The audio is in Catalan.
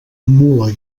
mula